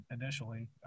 initially